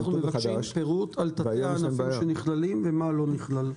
רוצים פירוט על תתי הענפים שנכללים ומה לא נכלל.